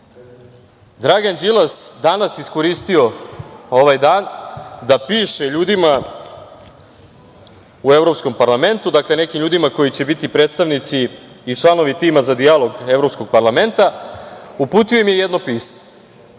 Dragan Đilas danas iskoristio ovaj dan da piše ljudima u Evropskom parlamentu, dakle, nekim ljudima koji će biti predstavnici i članovi tima za dijalog Evropskog parlamenta, uputio im je jedno pismo.